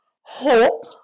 hope